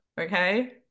okay